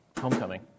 Homecoming